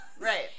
Right